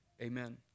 Amen